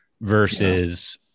versus